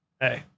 Hey